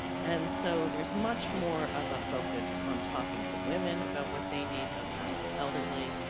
and so there's much more of a focus on talking to women about what they need, talking to the elderly,